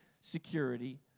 security